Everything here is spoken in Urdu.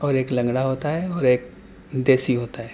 اور ایک لنگڑا ہوتا ہے اور ایک دیسی ہوتا ہے